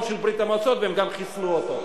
של ברית-המועצות והם גם חיסלו אותו.